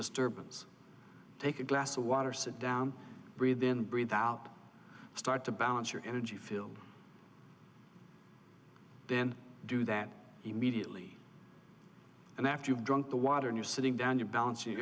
disturbance take a glass of water sit down breathe in breathe out start to balance your energy field then do that immediately and after you've drunk the water and you're sitting down your b